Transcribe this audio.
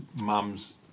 mums